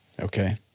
Okay